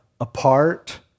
apart